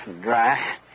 Dry